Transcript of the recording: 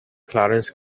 clarence